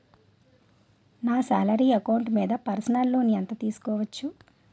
నా salary account మీద personal loan ఎంత తీసుకోవచ్చు?